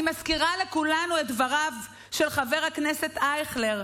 אני מזכירה לכולנו את דבריו של חבר הכנסת אייכלר,